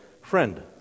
Friend